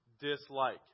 dislike